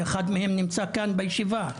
שאחד מהם נמצא כאן בישיבה למשל,